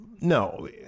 no